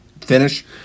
finish